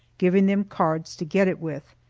giving them cards to get it with.